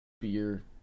beer